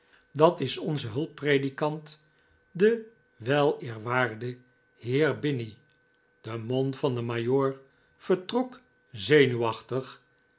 dat is onze hulppredikant de weleerwaarde heer binny de mond van den majoor vertrok zenuwachtig